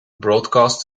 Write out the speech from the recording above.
broadcast